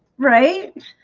right?